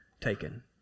taken